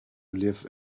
live